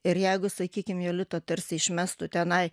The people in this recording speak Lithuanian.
ir jeigu sakykim jolita tarsi išmestų tenai